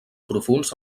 profunds